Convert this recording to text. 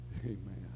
Amen